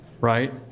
right